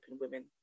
women